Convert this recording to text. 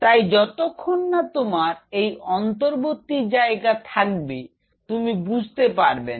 তাই যতক্ষণ না তোমার এই অন্তর্বর্তী জায়গা থাকবে তুমি বুঝতে পারবে না